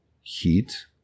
heat